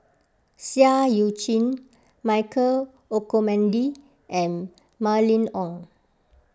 Seah Eu Chin Michael Olcomendy and Mylene Ong